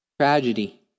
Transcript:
Tragedy